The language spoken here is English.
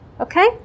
Okay